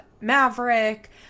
maverick